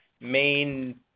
main